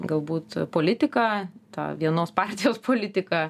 galbūt politiką tą vienos partijos politiką